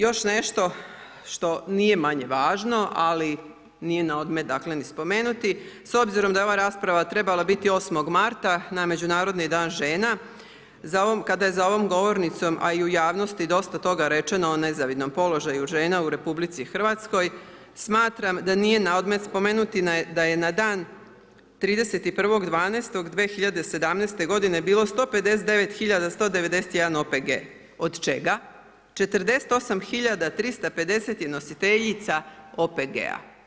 Još nešto što nije manje važno, ali nije na odmet spomenuti, s obzirom da je ova rasprava trebala biti 8 marta, na Međunarodni dan žena, kada je za ovom govornicom a i u javnosti dosta toga rečeno o nezavidnom položaju žena u RH, smatram da nije na odmet spomenuti da je na dan 31.12.2017. g. bilo 159191 OPG od čega 48350 je nositeljica OPG-a.